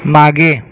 मागे